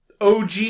OG